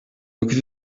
dokuz